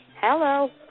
Hello